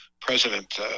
president